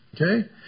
Okay